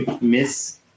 miss